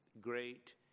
great